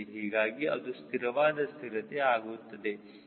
ಹೀಗಾಗಿ ಅದು ಸ್ಥಿರವಾದ ಸ್ಥಿರತೆ ಆಗುತ್ತದೆ